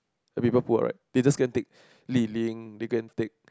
the people pull out right they just can't take Li-Ling they can't take